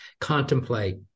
contemplate